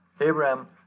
Abraham